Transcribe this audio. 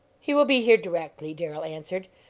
he will be here directly, darrell answered,